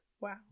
Wow